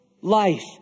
Life